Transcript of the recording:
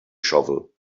shovel